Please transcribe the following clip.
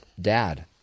dad